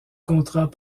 contrat